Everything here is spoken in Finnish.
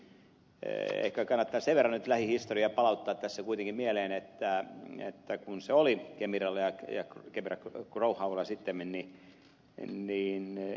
ehkä kannattaa sen verran nyt lähihistoriaa palauttaa tässä kuitenkin mieleen että kun se oli kemiralla ja kemira growhowlla sittemmin niin sehän oli vuosia